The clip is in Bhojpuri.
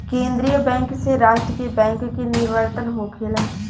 केंद्रीय बैंक से राष्ट्र के बैंक के निवर्तन होखेला